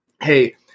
Hey